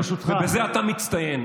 ובזה אתה מצטיין.